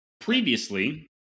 previously